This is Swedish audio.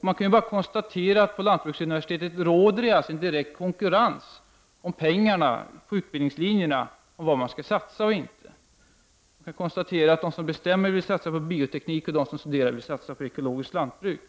Man kan konstatera att det på lantbruksuniversitetet råder en direkt konkurrens om pengar inom de olika linjerna på vad man skall satsa på och vad man inte skall satsa på. De som bestämmer vill satsa på biotekniken och de som studerar på ekologiskt lantbruk.